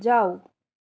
जाऊ